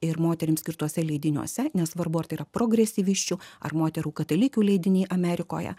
ir moterims skirtuose leidiniuose nesvarbu ar tai yra progresyvisčių ar moterų katalikių leidiniai amerikoje